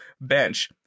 bench